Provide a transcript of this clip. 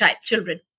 children